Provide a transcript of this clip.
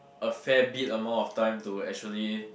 a fair bit amount of time to actually